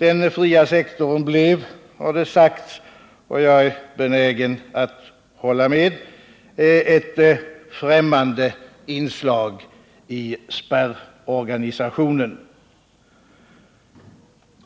Den fria sektorn blev, har det sagts, och jag är benägen att hålla med om detta, ett främmande inslag i spärrorganisationen.